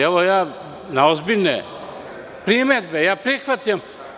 Evo, ja ozbiljne primedbe prihvatam.